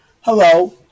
Hello